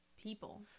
people